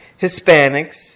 Hispanics